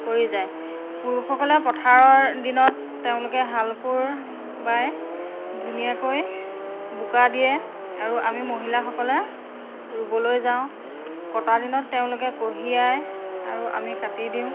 কৰি যায় পুৰুষসকলে পথাৰৰ দিনত তেওঁলোকে হাল কোৰ বায় ধুনীয়াকৈ বোকা দিয়ে আৰু আমি মহিলাসকলে ৰুবলৈ যাওঁ কটা দিনত তেওঁলোকে কঢ়িয়াই আৰু আমি কাটি দিওঁ